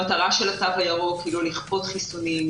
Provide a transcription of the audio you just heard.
המטרה של התו הירוק היא לא לכפות חיסונים,